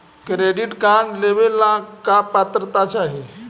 Credit card लेवेला का पात्रता चाही?